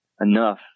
enough